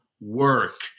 work